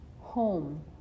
home